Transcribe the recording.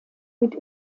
mit